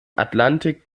atlantik